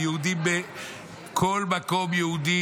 מיהודים בכל מקום יהודי.